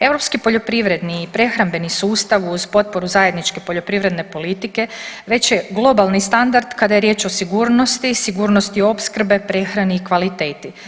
Europski poljoprivredni i prehrambeni sustav uz potporu zajedničke poljoprivredne politike već je globalni standard kada je riječ o sigurnosti, sigurnosti opskrbe, prehrani i kvaliteti.